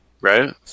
Right